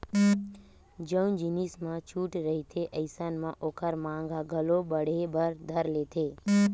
जउन जिनिस म छूट रहिथे अइसन म ओखर मांग ह घलो बड़हे बर धर लेथे